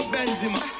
Benzema